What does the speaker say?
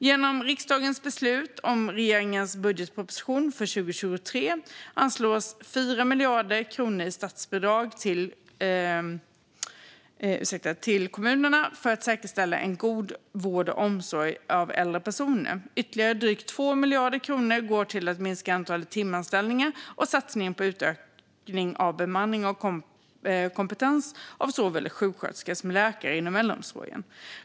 Genom riksdagens beslut om regeringens budgetproposition för 2023 anslås 4 miljarder kronor i statsbidrag till kommunerna för att säkerställa en god vård och omsorg av äldre personer. Ytterligare drygt 2 miljarder kronor går till att minska antalet timanställningar och till en satsning på utökning av bemanning och kompetens av såväl sjuksköterskor som läkare inom äldreomsorgen.